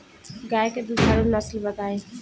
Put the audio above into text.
गाय के दुधारू नसल बताई?